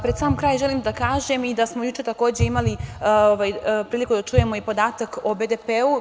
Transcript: Pred sam kraj želim da kažem da smo juče takođe imali priliku da čujemo i podatak o BDP.